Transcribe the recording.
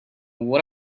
what